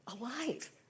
alive